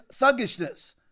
thuggishness